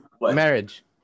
marriage